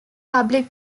public